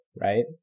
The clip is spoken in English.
right